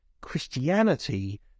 Christianity